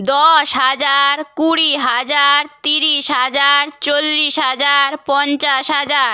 দশ হাজার কুড়ি হাজার তিরিশ হাজার চল্লিশ হাজার পঞ্চাশ হাজার